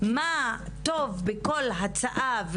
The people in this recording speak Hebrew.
מה טוב בכל הצעה,